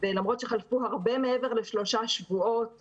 למרות שחלפו הרבה מעבר לשלושה שבועות,